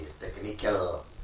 technical